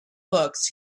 books